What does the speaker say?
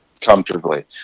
comfortably